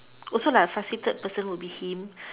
also like a frustrated person would be him